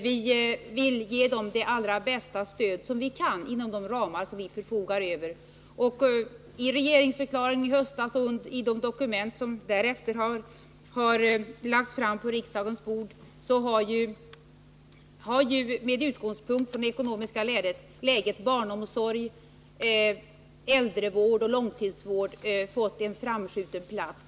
Vi vill ge dem det allra bästa stöd som vi kan inom de ramar som vi förfogar över. I regeringsförklaringen i höstas och i de dokument som därefter har lagts fram på riksdagens bord har också, med utgångspunkt från det ekonomiska läget, barnomsorgen, äldrevården och långtidsvården fått en framskjuten plats.